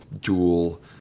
dual